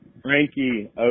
Frankie